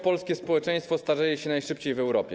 Polskie społeczeństwo starzeje się najszybciej w Europie.